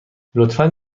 لطفا